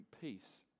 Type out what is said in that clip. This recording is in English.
peace